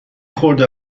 خورده